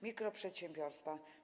Mikroprzedsiębiorstwa.